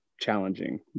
challenging